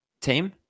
team